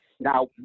Now